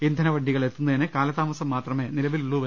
ഇന്ധനവ ണ്ടികൾ എത്തുന്നതിന് കാലതാമസം മാത്രമേ നിലവിലുള്ളൂ